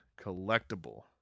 collectible